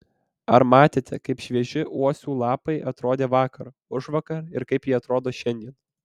ar matėte kaip švieži uosių lapai atrodė vakar užvakar ir kaip jie atrodo šiandien